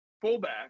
fullback